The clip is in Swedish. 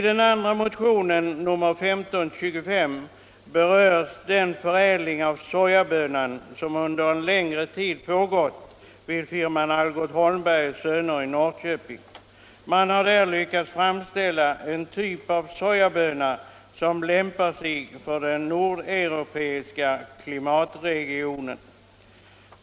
Den andra motionen, nr 1525, berör den förädling av sojabönan som under en längre tid pågått vid firman Algot Holmberg och Söner i Norrköping. Man har där lyckats framställa en typ av sojaböna som lämpar sig för den nordeuropeiska klimatregionen.